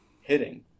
hitting